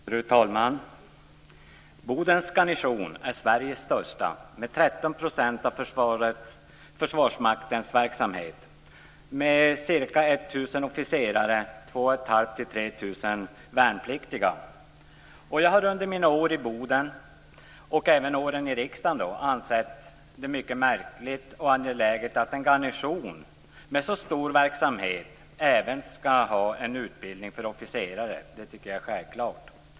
Fru talman! Bodens garnison är Sveriges största med 13 % av Försvarsmaktens verksamhet och med ca 1 000 officerare och 2 500-3 000 värnpliktiga. Jag har under mina år i Boden och även under mina år i riksdagen ansett att det är mycket angeläget att en garnison med så stor verksamhet även skall ha en utbildning för officerare. Det tycker jag är självklart.